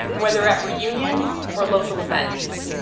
whether at reunions or local events.